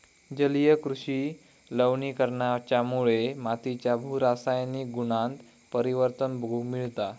जलीय कृषि लवणीकरणाच्यामुळे मातीच्या भू रासायनिक गुणांत परिवर्तन बघूक मिळता